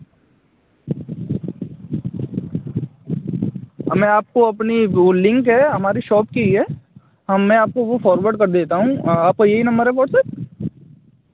मैं आपको अपनी वह लिंक है हमारी शॉप की ही है हाँ मैं आपको वह फ़ॉरवर्ड कर देता हूँ आपका यही नंबर है वाट्सअप